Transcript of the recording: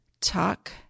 talk